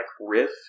riff